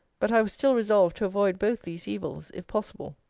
but i was still resolved to avoid both these evils, if possible.